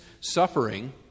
suffering